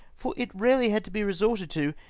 for it rarely had to be resorted to,